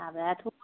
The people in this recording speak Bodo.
हाबायाथ'